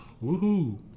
Woo-hoo